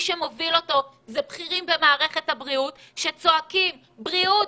שמוביל אותו זה בכירים במערכת הבריאות שצועקים: בריאות,